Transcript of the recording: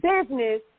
business